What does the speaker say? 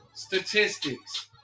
Statistics